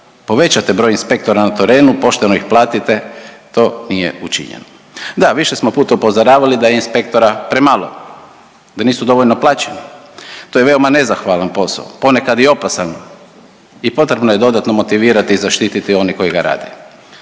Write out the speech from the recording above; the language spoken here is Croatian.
povećate broj inspektora na terenu, pošteno ih platite. To nije učinjeno. Da, više smo puta upozoravali da je inspektora premalo, da nisu dovoljno plaćeni. To je veoma nezahvalan posao, ponekad i opasan i potrebno je dodatno motivirati i zaštititi one koji ga rade.